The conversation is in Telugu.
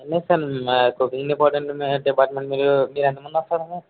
పర్లేదు సార్ మా కుకింగ్ డిపార్టంట్ మా డిపార్ట్మెంటు మీరు ఎంతమంది వస్తారండి